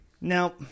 Now